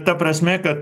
ta prasme kad